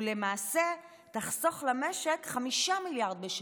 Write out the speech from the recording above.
ולמעשה תחסוך למשק 5 מיליארד בשנה.